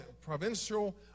provincial